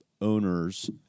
owners